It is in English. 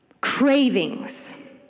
Cravings